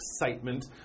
excitement